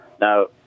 Now